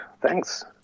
Thanks